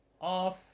off